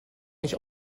nicht